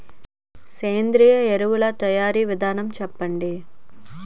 సేంద్రీయ ఎరువుల తయారీ విధానం చెప్పండి?